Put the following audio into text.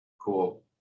cool